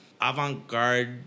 avant-garde